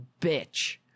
bitch